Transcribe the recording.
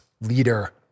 leader